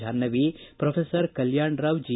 Jahnavi professor Kalkanrao G